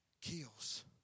kills